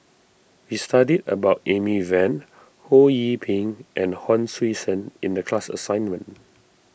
we studied about Amy Van Ho Yee Ping and Hon Sui Sen in the class assignment